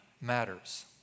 matters